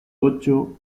ocho